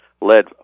lead